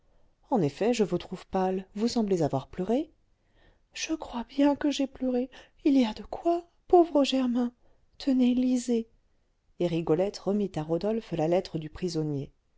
en effet je vous trouve pâle vous semblez avoir pleuré je crois bien que j'ai pleuré il y a de quoi pauvre germain tenez lisez et rigolette remit à rodolphe la lettre du prisonnier